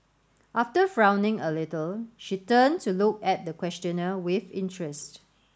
after frowning a little she turned to look at the questioner with interest